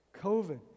COVID